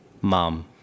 Mom